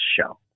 show